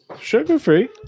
Sugar-free